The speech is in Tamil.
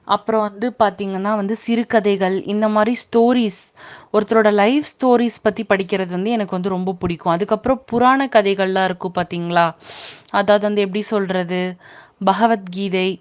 அப்புறோம் வந்து பார்த்திங்கன்னா வந்து சிறுகதைகள் இந்தமாதிரி ஸ்டோரிஸ் ஒருத்தரோடய லைஃப் ஸ்டோரிஸ் பற்றி படிக்கிறது வந்து எனக்கு வந்து ரொம்ப பிடிக்கும் அதுக்கப்புறோம் புராண கதைகளெலாம் இருக்கும் பார்த்திங்களா அதாவது வந்து எப்படி சொல்வது பகவத் கீதை